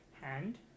hand